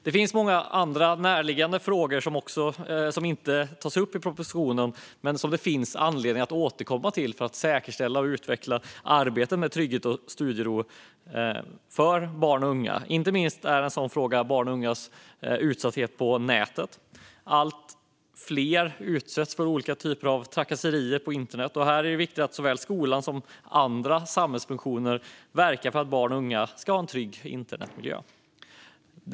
Det finns andra närliggande frågor som inte tas upp i propositionen men som det finns anledning att återkomma till för att säkerställa och utveckla arbetet med trygghet och studiero för barn och unga. En sådan fråga är inte minst barns och ungas utsatthet på nätet. Allt fler utsätts för olika typer av trakasserier på internet. Här är det viktigt att skolan såväl som andra samhällsfunktioner verkar för att barn och unga ska ha en trygg internetmiljö.